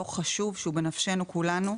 זה דוח חשוב והוא בנפש כולנו.